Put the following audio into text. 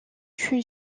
une